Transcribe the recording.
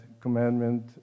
commandment